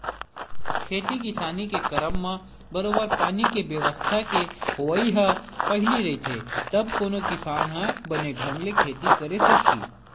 खेती किसानी के करब म बरोबर पानी के बेवस्था के होवई ह पहिली रहिथे तब कोनो किसान ह बने ढंग ले खेती करे सकही